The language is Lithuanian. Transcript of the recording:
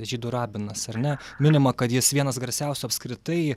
žydų rabinas ar ne minima kad jis vienas garsiausių apskritai